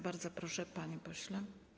Bardzo proszę, panie pośle.